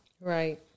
Right